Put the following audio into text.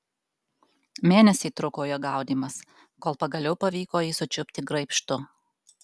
mėnesį truko jo gaudymas kol pagaliau pavyko jį sučiupti graibštu